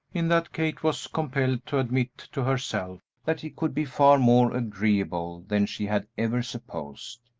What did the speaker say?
in that kate was compelled to admit to herself that he could be far more agreeable than she had ever supposed.